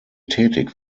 tätig